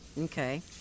Okay